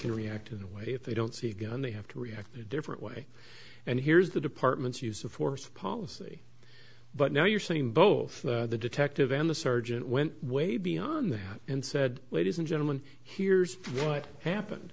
can react in a way if they don't see a gun they have to react in different way and here's the department's use of force policy but now you're saying both the detective and the sergeant went way beyond that and said ladies and gentlemen here's what happened